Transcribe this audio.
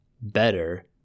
better